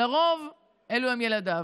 לרוב אלו ילדיו.